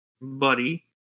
buddy